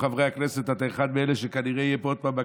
חברי הכנסת אתה אחד מאלה שיהיו פה עוד פעם,